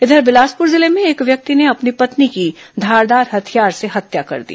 इंडियार से बिलासपुर जिले में एक व्यक्ति ने अपनी पत्नी की धारदार हथियार से हत्या कर दी